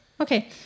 Okay